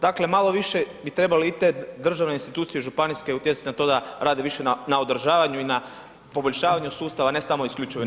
Dakle malo više bi trebale i te državne institucije županijske utjecati na to da rade više na održavanju i na poboljšavanju sustava a ne samo isključivo